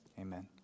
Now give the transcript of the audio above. Amen